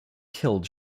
killed